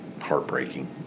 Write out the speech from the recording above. heartbreaking